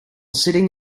sitting